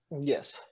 Yes